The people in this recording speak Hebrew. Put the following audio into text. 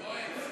יועץ,